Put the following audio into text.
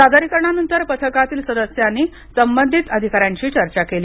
सादरीकरणानंतर पथकातील सदस्यांनी संबंधित अधिकाऱ्यांशी चर्चा केली